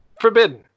Forbidden